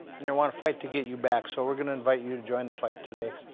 and they want to fight to get you back, so we're going to invite you to join the fight today.